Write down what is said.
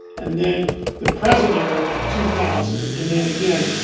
and then the present era from two thousand. and then again,